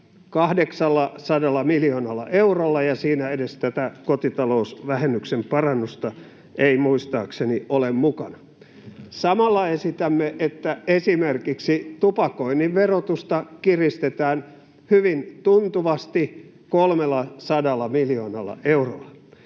800 miljoonalla eurolla, ja siinä ei edes tätä kotitalousvähennyksen parannusta muistaakseni ole mukana. Samalla esitämme, että esimerkiksi tupakoinnin verotusta kiristetään hyvin tuntuvasti 300 miljoonalla eurolla.